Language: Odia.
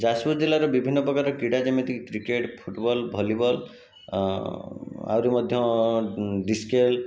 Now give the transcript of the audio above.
ଯାଜପୁର ଜିଲ୍ଲାରେ ବିଭିନ୍ନ ପ୍ରକାର କ୍ରୀଡ଼ା ଯେମିତିିକି କ୍ରିକେଟ ଫୁଟବଲ ଭଲିବଲ ଆହୁରି ମଧ୍ୟ ଡିସ୍କେଲ